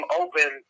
open